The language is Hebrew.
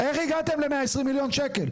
איך הגעתם ל-120 מיליון שקלים?